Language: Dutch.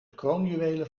kroonjuwelen